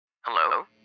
Hello